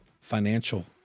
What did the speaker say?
financial